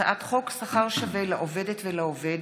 הצעת חוק שכר שווה לעובדת ולעובד